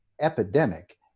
epidemic